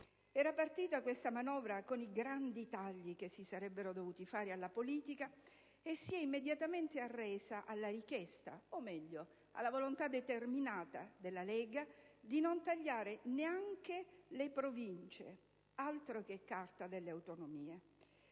era partita con i grandi tagli che si sarebbero dovuti fare alla politica e si è immediatamente arresa alla richiesta - o meglio alla volontà determinata - della Lega di non tagliare neanche le Province: altro che Carta delle autonomie!